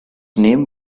name